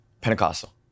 Pentecostal